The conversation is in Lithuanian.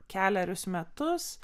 keli kelerius metus